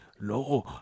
no